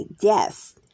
death